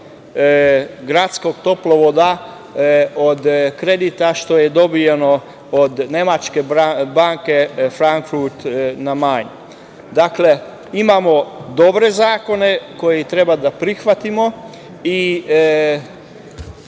gradskog toplovoda od kredita koji je dobijen od nemačke banke „Frankfurt na Majni“. Imamo dobre zakone koje treba da prihvatimo i